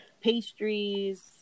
pastries